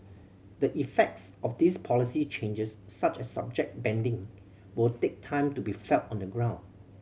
the effects of these policy changes such as subject banding will take time to be felt on the ground